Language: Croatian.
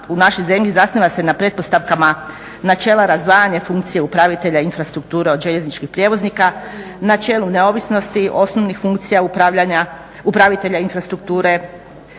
u našoj zemlji zasniva se na pretpostavkama načela razdvajanja funkcija upravitelja infrastruktura od željezničkih prijevoznika, načelu neovisnosti osnovnih funkcija upravitelja infrastrukture,